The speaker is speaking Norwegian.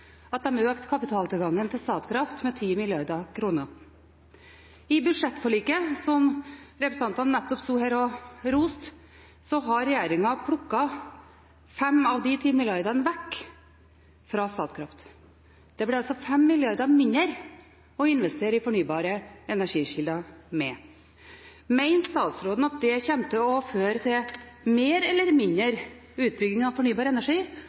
at de økte kapitaltilgangen til Statkraft med 10 mrd. kr. I budsjettforliket, som representantene nettopp sto her og roste, har regjeringen plukket 5 av de 10 milliardene vekk fra Statkraft. Det ble altså 5 milliarder mindre å investere med i fornybare energikilder. Mener statsråden at det kommer til å føre til mer – eller mindre – utbygging av fornybar energi,